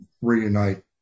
reunite